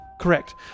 Correct